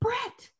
Brett